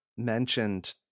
mentioned